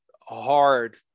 hard